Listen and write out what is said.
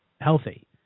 healthy